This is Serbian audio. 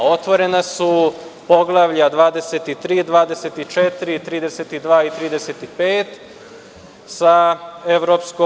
Otvorena su poglavlja 23, 24, 32 i 35 sa EU.